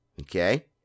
Okay